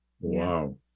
Wow